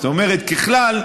זאת אומרת, ככלל,